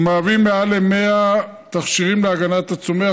שהם יותר מ-100 תכשירים להגנת הצומח,